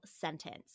sentence